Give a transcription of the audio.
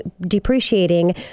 depreciating